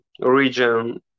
region